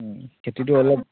খেতিটো অলপ